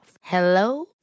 Hello